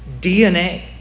DNA